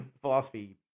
Philosophy